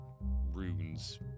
runes